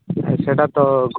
I ସେଟା ତ